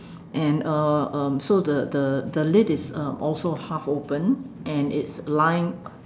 and uh um so the the the lid is um also half open and it's lying